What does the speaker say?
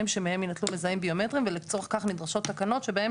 שמהם יינטלו מזהים ביומטריים ולצורך כך נדרשות תקנות שבהן